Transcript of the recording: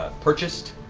ah purchased.